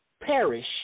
perish